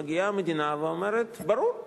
מגיעה המדינה ואומרת: ברור,